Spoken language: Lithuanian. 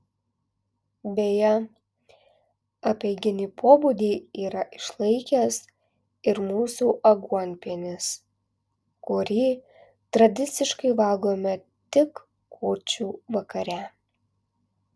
beje apeiginį pobūdį yra išlaikęs ir mūsų aguonpienis kurį tradiciškai valgome tik kūčių vakare